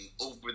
over